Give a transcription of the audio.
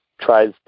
tries